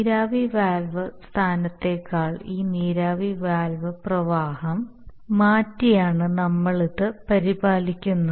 നീരാവി വാൽവ് സ്ഥാനത്തേക്കാൾ ഈ നീരാവി വാൽവ് പ്രവാഹം മാറ്റിയാണ് നമ്മൾ ഇത് പരിപാലിക്കുന്നത്